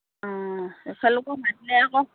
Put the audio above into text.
অঁ তেখেতলোকক মাতিলে আকৌ